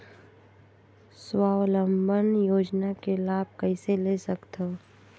स्वावलंबन योजना के लाभ कइसे ले सकथव?